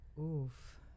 Oof